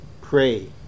pray